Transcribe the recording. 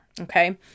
Okay